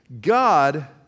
God